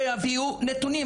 שיביאו נתונים,